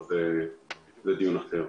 אבל זה כבר דיון אחר.